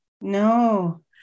No